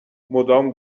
مدام